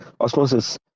Osmosis